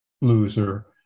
loser